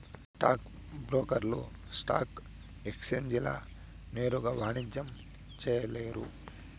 ఈ స్టాక్ బ్రోకర్లు స్టాక్ ఎక్సేంజీల నేరుగా వాణిజ్యం చేయలేరు